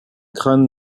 crâne